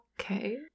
Okay